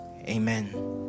Amen